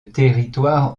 territoire